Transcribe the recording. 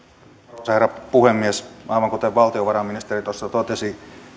arvoisa herra puhemies aivan kuten valtiovarainministeri tuossa totesi